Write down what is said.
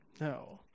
No